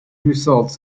results